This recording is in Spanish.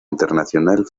internacional